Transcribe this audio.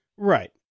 Right